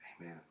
amen